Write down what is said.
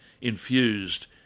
infused